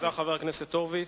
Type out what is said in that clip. תודה, חבר הכנסת הורוביץ.